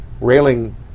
Railing